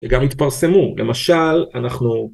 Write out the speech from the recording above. וגם יתפרסמו למשל אנחנו